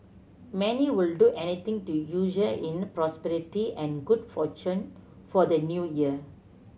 many would do anything to in prosperity and good fortune for the New Year